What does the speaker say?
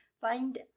Find